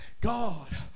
God